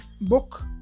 book